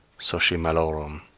soci malorum,